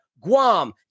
Guam